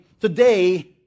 today